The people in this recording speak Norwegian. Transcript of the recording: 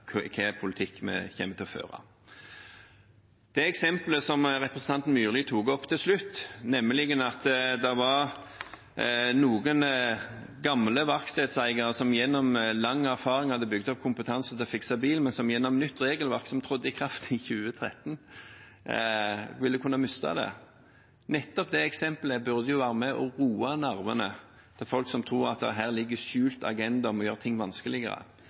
politikk vi kommer til å føre. Til det eksemplet som representanten Myrli tok opp til slutt, nemlig at det var noen gamle verkstedeiere som gjennom lang erfaring hadde bygd opp kompetanse til å fikse bil, men som gjennom nytt regelverk som trådte i kraft i 2013, ville kunne miste godkjenningen: Nettopp det eksemplet burde være med og roe nervene til folk som tror at det her ligger en skjult agenda om å gjøre ting vanskeligere.